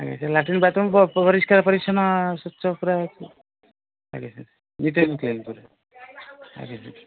ଆଜ୍ଞା sir latrine bathroom ପରିଷ୍କାର ପରିଚ୍ଛନ୍ନ ସ୍ୱଚ୍ଛ ପୁରା ଆଜ୍ଞା ସାର୍ ନିଟ୍ ଏଣ୍ଡ୍ କ୍ଲିନ୍ ପୁରା ଆଜ୍ଞା ସାର୍